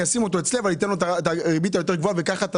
אני אשים אותו אצלי אבל אני אתן לו את הריבית היותר גבוהה וכך אתה